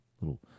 little